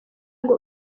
ngo